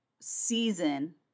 season